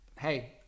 Hey